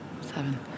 seven